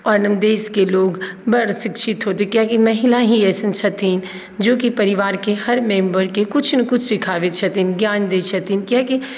आओर देशके लोक बड़ शिक्षित हौते किआकि महिला ही अइसन छथिन जेकि परिवारके हर मेम्बरके किछु ने किछु कुछ सिखाबैत छथिन ज्ञान दै छथिन किआकि